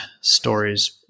stories